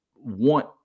want